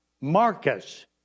Marcus